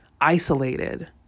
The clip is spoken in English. isolated